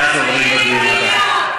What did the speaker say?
ואז עוברים לדיון הבא.